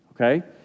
okay